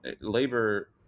labor